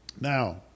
Now